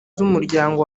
z’umuryango